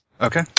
Okay